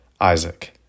Isaac